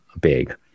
big